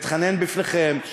מתחנן בפניכם,